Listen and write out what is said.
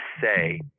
say